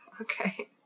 Okay